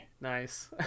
Nice